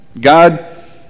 God